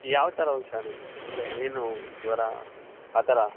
ಯಾವ ಥರ ಹುಷಾರಿಲ್ಲ ಅಂದರೆ ಏನು ಜ್ವರ ಆ ಥರ